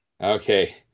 Okay